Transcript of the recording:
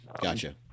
gotcha